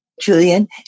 Julian